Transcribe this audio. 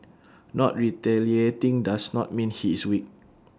not retaliating does not mean he is weak